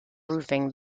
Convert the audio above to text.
roofing